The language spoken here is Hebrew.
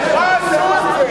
לך עשו את זה,